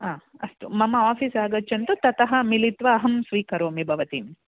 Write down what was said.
हा अस्तु मम आफ़ीस् आगच्छन्तु ततः मिलित्वा अहं स्वीकरोमि भवतीम्